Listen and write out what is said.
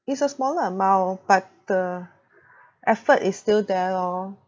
it's a smaller amount but the effort is still there lor